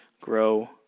grow